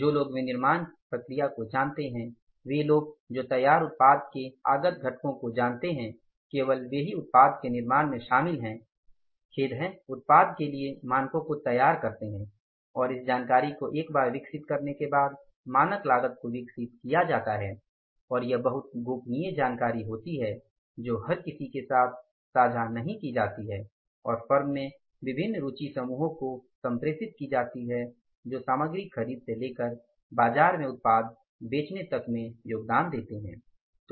जो लोग विनिर्माण प्रक्रिया को जानते हैं वे लोग जो तैयार उत्पाद के आगत घटकों को जानते हैं केवल वे ही उत्पाद के निर्माण में शामिल हैं खेद है उत्पाद के लिए मानकों को तैयार करते है और इस जानकारी को एक बार विकसित करने के बाद मानक लागत को विकसित किया जाता है और यह बहुत गोपनीय जानकारी होती है जो हर किसी के साथ साझा नहीं की जाती है और फर्म में विभिन्न रुचि समूहों को संप्रेषित की जाती है जो सामग्री खरीद से लेकर बाजार में उत्पाद बेचने तक में योगदान देने वाले हैं